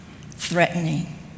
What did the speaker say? threatening